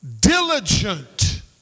Diligent